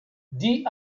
die